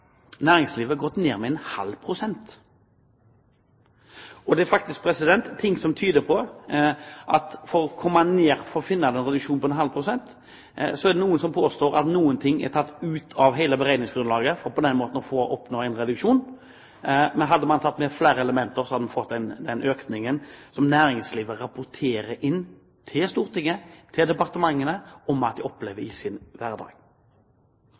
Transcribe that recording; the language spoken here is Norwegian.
gått ned med en halv prosent. Det er faktisk ting som tyder på at for å finne en reduksjon på en halv prosent, er ting tatt ut av hele beregningsgrunnlaget – det er det noen som påstår – for på den måten å oppnå en reduksjon. Hadde man tatt med flere elementer, hadde man fått den økningen som næringslivet rapporterer inn til Stortinget og til departementene om at de opplever i sin hverdag.